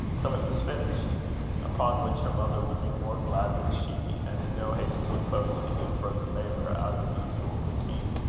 till it was finished upon which her mother would be more glad than she, and in no haste to impose any further labour out of the usual routine.